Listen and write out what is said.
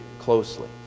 closely